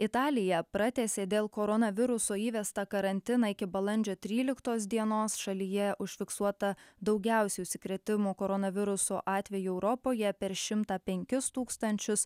italija pratęsė dėl koronaviruso įvestą karantiną iki balandžio tryliktos dienos šalyje užfiksuota daugiausia užsikrėtimo koronavirusu atvejų europoje per šimtą penkis tūkstančius